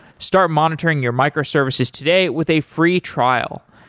start monitoring your microservices today with a free trial,